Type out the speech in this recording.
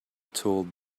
told